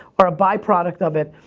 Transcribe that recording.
are a byproduct of it.